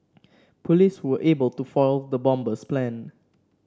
police were able to foil the bomber's plan